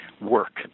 work